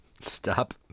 Stop